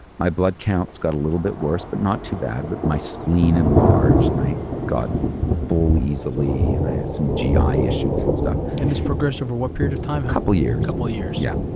my blood counts got a little bit worse, but not too bad. but my spleen enlarged and i got full easily and i had some gi issues and stuff. and this progressed over what period of time? couple years. couple years. yeah.